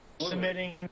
Submitting